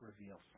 reveals